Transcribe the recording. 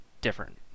different